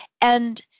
And-